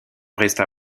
resta